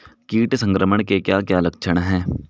कीट संक्रमण के क्या क्या लक्षण हैं?